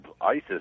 isis